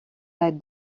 let